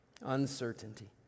Uncertainty